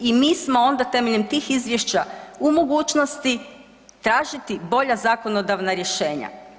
I mi smo onda temeljem tih izvješća u mogućnosti tražiti bolja zakonodavna rješenja.